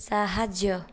ସାହାଯ୍ୟ